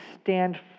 stand